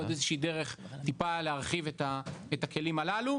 עוד איזו שהיא דרך טיפה להרחיב את הכלים הללו,